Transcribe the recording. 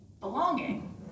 Belonging